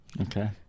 Okay